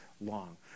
long